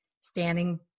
standing